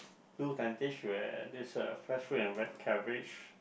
blue tentage where this uh fresh fruit and veg carriage